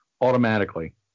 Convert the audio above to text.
automatically